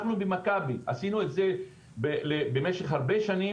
אנחנו, במכבי, עשינו את זה במשך הרבה שנים.